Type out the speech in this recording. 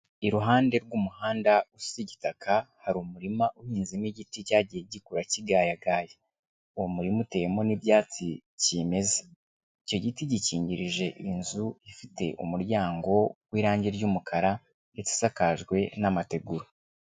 Iruhande rw'umuhanda usa igitaka hari umurima uhinzemo igiti cyagiye gikura kigayagaya. Uwo muririma uteyemo n'ibyatsi cyimeza. Icyo giti gikingirije inzu ifite umuryango w'irange ry'umukara ndetse isakajwe n'amategura.